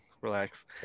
Relax